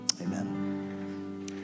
Amen